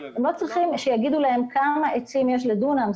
הם לא צריכים שיגידו להם כמה עצים יש לדונם.